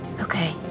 Okay